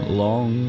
long